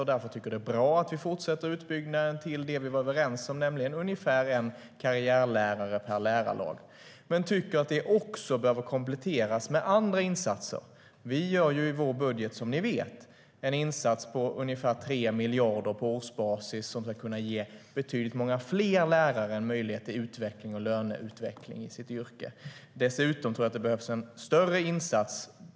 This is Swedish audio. Jag tycker därför att det är bra att vi fortsätter utbyggnaden till det vi var överens om, nämligen ungefär en karriärlärare per lärarlag. Jag tror dessutom att det behövs en större insats.